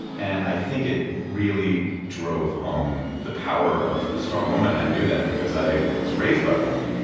and i think it really drove home the power of a strong woman. and i knew that, because i was raised by one,